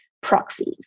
proxies